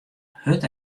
hurd